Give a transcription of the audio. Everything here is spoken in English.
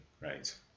right